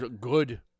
Good